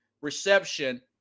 reception